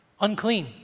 Unclean